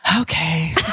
Okay